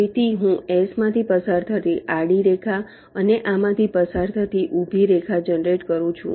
તેથી હું S માંથી પસાર થતી આડી રેખા અને આમાંથી પસાર થતી ઊભી રેખા જનરેટ કરું છું